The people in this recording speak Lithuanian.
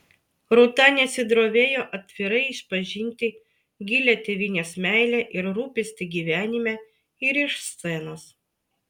rūta nesidrovėjo atvirai išpažinti gilią tėvynės meilę ir rūpestį gyvenime ir iš scenos